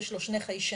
יש לו שני חיישנים,